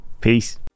Peace